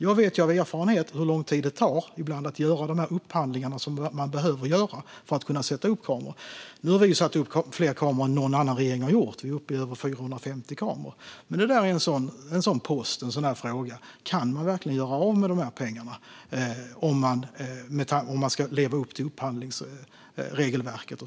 Jag vet av erfarenhet hur lång tid det ibland tar att göra de upphandlingar som behövs för att kunna sätta upp kameror. Nu har vi satt upp fler kameror än någon annan regering har gjort - vi är uppe i över 450 kameror - men detta är en sådan post där frågan är: Kan man verkligen göra av med dessa pengar om man ska leva upp till upphandlingsregelverket?